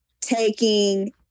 taking